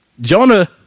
Jonah